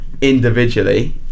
individually